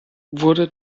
wurde